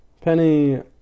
Penny